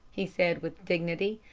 he said, with dignity.